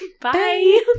bye